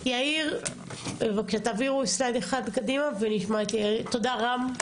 תודה רבה, רם.